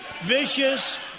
vicious